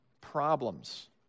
problems